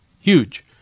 huge